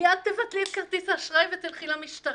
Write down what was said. מיד תבטלי את כרטיס האשראי ותלכי למשטרה.